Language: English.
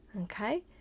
Okay